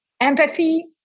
empathy